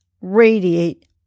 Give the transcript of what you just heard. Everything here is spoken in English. Radiate